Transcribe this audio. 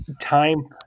time